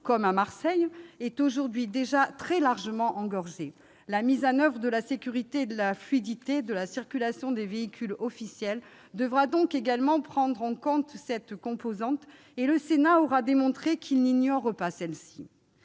comme à Marseille est aujourd'hui déjà très largement engorgée. La mise en oeuvre de la sécurité et l'organisation de la fluidité de la circulation des véhicules officiels devront donc également prendre en compte cette composante, et le Sénat aura démontré qu'il ne l'ignore pas.